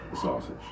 sausage